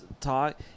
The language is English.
talk